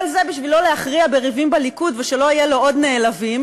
כל זה כדי לא להכריע בריבים בליכוד ושלא יהיו לו עוד נעלבים,